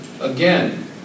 Again